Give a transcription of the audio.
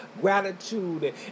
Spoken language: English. gratitude